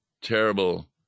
terrible